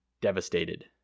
devastated